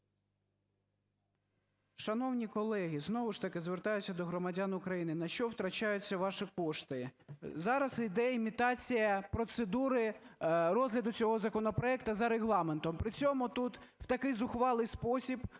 Шановні колеги, знову ж таки звертаюся до громадян України, на що витрачаються ваші кошти. Зараз іде імітація процедури розгляду цього законопроекту за Регламентом. При цьому тут у такий зухвалий спосіб